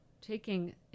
taking